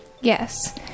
yes